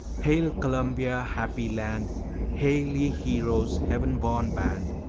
hail, columbia, happy land hail, ye heroes, heaven-born band!